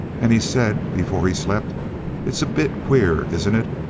and he said before he slept it's a bit queer, isn't it,